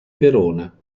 verona